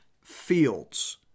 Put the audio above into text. fields